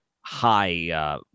high